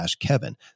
kevin